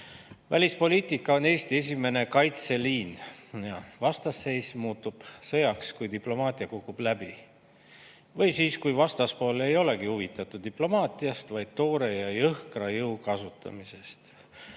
Välispoliitika on Eesti esimene kaitseliin. Vastasseis muutub sõjaks, kui diplomaatia kukub läbi või siis, kui vastaspool ei olegi huvitatud diplomaatiast, vaid toore ja jõhkra jõu kasutamisest.